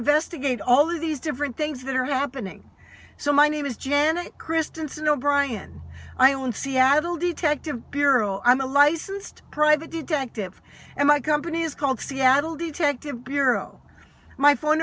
investigate all of these different things that are happening so my name is janet christensen o'brien i own seattle detective bureau i'm a licensed private detective and my company is called seattle detective bureau my phone